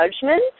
judgment